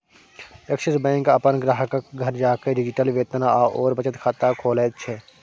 axis bank अपन ग्राहकक घर जाकए डिजिटल वेतन आओर बचत खाता खोलैत छै